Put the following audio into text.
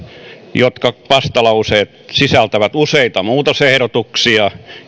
jotka vastalauseet sisältävät useita muutosehdotuksia